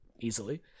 easily